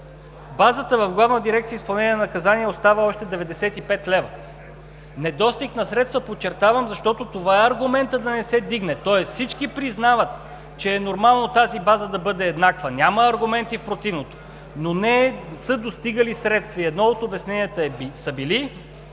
наказанията“ остава още 95 лв. Недостиг на средства – подчертавам, защото това е аргументът да не се вдигне, тоест всички признават, че е нормално тази база да бъде еднаква. Няма аргументи в противното, но не са достигали средства. И едно от обяснението е било,